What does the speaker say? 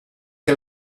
che